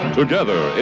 together